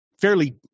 fairly